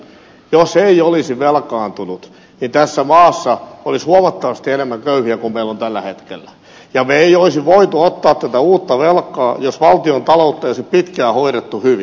jos ei olisi velkaantunut niin tässä maassa olisi huomattavasti enemmän köyhiä kuin meillä on tällä hetkellä ja me emme olisi voineet ottaa tätä uutta velkaa jos valtiontaloutta ei olisi pitkään hoidettu hyvin